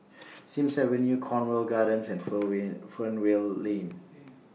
Sims Avenue Cornwall Gardens and Fernvale Lane